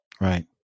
right